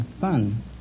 fun